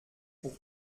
pour